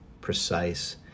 precise